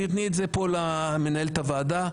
תתני את זה למנהלת הוועדה,